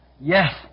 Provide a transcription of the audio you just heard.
Yes